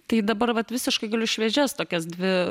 tai dabar vat visiškai galiu šviežias tokias dvi